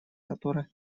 которая